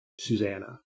Susanna